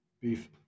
beef